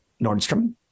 Nordstrom